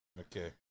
Okay